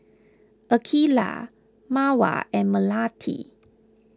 Aqeelah Mawar and Melati